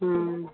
हूं